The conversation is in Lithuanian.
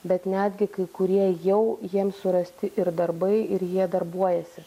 bet netgi kai kurie jau jiem surasti ir darbai ir jie darbuojasi